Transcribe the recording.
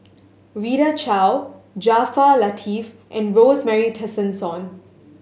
Rita Chao Jaafar Latiff and Rosemary Tessensohn